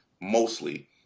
mostly